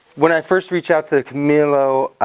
when i first reached out to camilo